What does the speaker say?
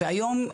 היום,